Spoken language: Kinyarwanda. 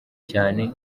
cyane